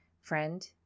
Friend